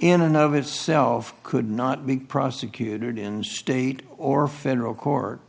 in and of itself could not be prosecuted in state or federal court